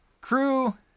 Crew